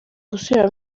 gusubira